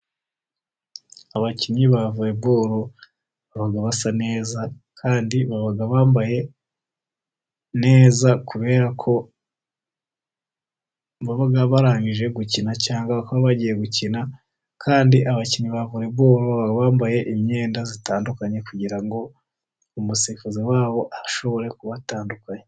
Abakinnyi ba volebolo baba basa neza kandi baba bambaye neza ,kubera ko baba barangije gukina cyangwa bagiye gukina, kandi abakinnyi ba volebolo bambaye imyenda itandukanye, kugira ngo umusifuzi wabo ashobore kubatandukanya.